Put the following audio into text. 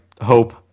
hope